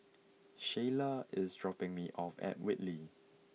Sheyla is dropping me off at Whitley